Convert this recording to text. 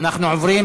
עוברים